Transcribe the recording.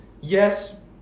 Yes